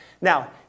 Now